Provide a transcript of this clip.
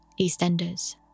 EastEnders